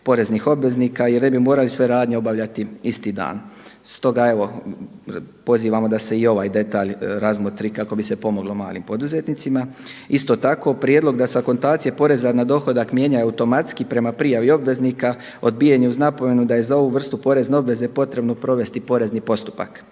poreznih obveznika i ne bi morali sve radnje obavljati isti dan. Stoga evo pozivamo da se i ovaj detalj razmotri kako bi se pomoglo malim poduzetnicima. Isto tako prijedlog da se akontacije poreza na dohodak mijenjaju automatski prema prijavi obveznika odbijanje uz napomenu da je za ovu vrstu porezne obveze potrebno provesti porezni postupak,